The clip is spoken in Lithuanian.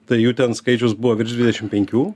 tai jų ten skaičius buvo virš dvidešim penkių